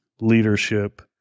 leadership